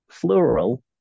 plural